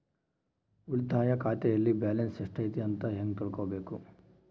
ಉಳಿತಾಯ ಖಾತೆಯಲ್ಲಿ ಬ್ಯಾಲೆನ್ಸ್ ಎಷ್ಟೈತಿ ಅಂತ ಹೆಂಗ ತಿಳ್ಕೊಬೇಕು?